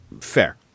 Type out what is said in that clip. Fair